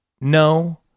no